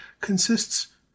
consists